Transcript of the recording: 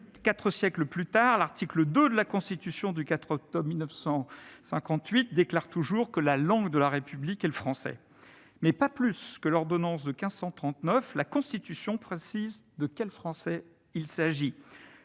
Quatre siècles plus tard, l'article 2 de la Constitution du 4 octobre 1958 déclare toujours que « la langue de la République est le français », mais, pas plus que l'ordonnance de 1539, la Constitution ne précise de quel français il s'agit.